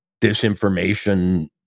disinformation